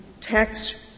tax